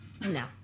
No